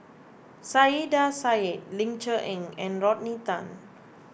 Saiedah Said Ling Cher Eng and Rodney Tan